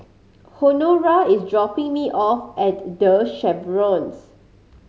Honora is dropping me off at The Chevrons